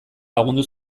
lagundu